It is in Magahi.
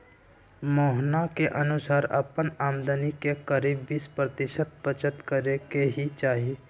मोहना के अनुसार अपन आमदनी के करीब बीस प्रतिशत बचत करे के ही चाहि